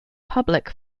public